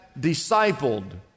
discipled